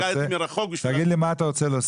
הגעתי מרחוק בשביל --- תגיד לי מה אתה רוצה להוסיף.